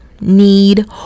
need